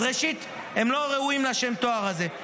אז ראשית הם לא ראויים לשם התואר הזה.